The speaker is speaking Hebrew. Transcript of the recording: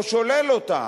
או שולל אותה.